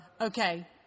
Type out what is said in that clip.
Okay